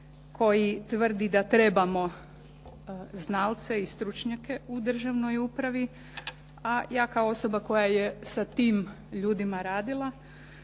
koji tvrdi da trebamo znalce i stručnjake u državnoj upravi, a ja kao osoba koja je sa tim ljudima radila